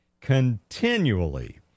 continually